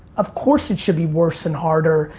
of course, it should be worse and harder,